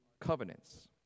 covenants